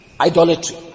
Idolatry